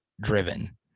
driven